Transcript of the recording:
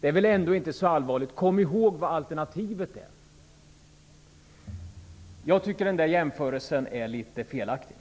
det är väl ändå inte så allvarligt. Kom ihåg vad alternativet är! Jag tycker att en sådan jämförelse är litet felaktig.